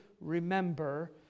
remember